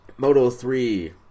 Moto3